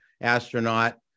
astronaut